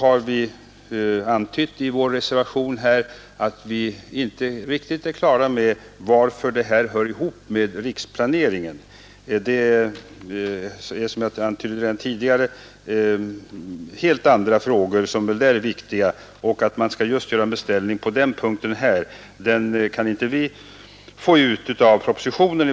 I reservationen 1 a har vi också antytt att vi inte riktigt är på det klara med varför den här frågan hör ihop med riksplaneringen. Som jag nämnde tidigare är det väl helt andra problem som där är viktiga, och att man skall göra en beställning på just den punkten i det här sammanhanget kan inte vi få ut av propositionen.